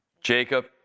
Jacob